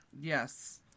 Yes